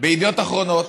בידיעות אחרונות,